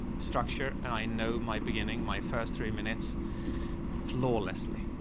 structure, and i know my beginning, my first three minutes flawlessly,